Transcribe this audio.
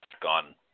gone